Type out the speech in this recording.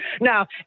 now